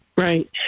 Right